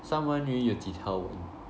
三文鱼有几条纹